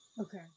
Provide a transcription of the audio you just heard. Okay